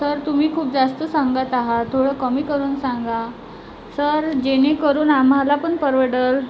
sir तुम्ही खूप जास्त सांगत आहात थोडं कमी करून सांगा सर जेणेकरून आम्हाला पन परवडंल